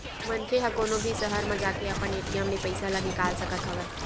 मनखे ह कोनो भी सहर म जाके अपन ए.टी.एम ले पइसा ल निकाल सकत हवय